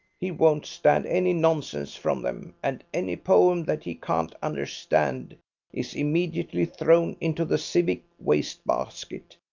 he won't stand any nonsense from them, and any poem that he can't understand is immediately thrown into the civic waste-basket,